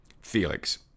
Felix